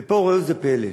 ופה, ראו איזה פלא,